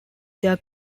their